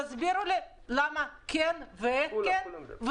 תסבירו למה כן ואיך כן.